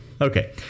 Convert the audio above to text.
Okay